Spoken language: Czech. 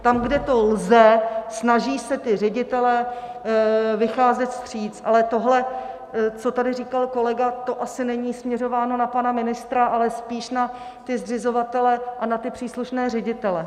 Tam, kde to lze, snaží se ředitelé vycházet vstříc, ale tohle, co tady říkal kolega, to asi není směřováno na pana ministra, ale spíše na zřizovatele a na příslušné ředitele.